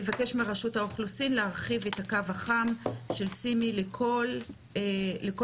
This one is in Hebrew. אבקש מרשות האוכלוסין להרחיב את הקו החם של סימי לכל הפניות